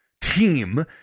team